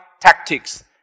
tactics